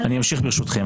אני אמשיך ברשותכם.